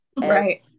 right